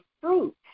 fruit